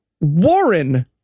Warren